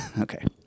okay